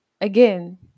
again